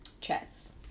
Chess